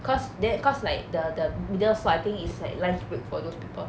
cause the cause like the the middle swiping is like lunch break for those people